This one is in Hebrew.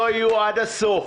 יהיו עד הסוף,